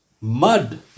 mud